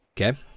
Okay